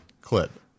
clip